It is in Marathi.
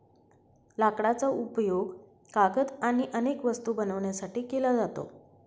लाकडाचा उपयोग कागद आणि अनेक वस्तू बनवण्यासाठी केला जातो